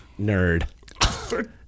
nerd